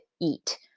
eat